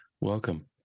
Welcome